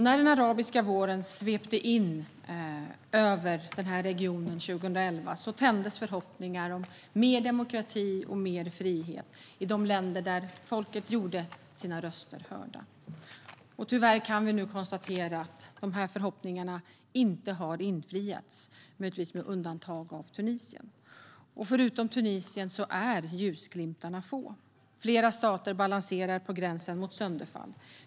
När den arabiska våren svepte in över regionen 2011 tändes förhoppningar om mer demokrati och mer frihet i de länder där folket gjorde sina röster hörda. Tyvärr kan vi nu konstatera att förhoppningarna inte har infriats, möjligtvis med undantag för Tunisien. Förutom Tunisien är ljusglimtarna få. Flera stater balanserar på gränsen till sönderfall.